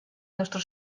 nuestro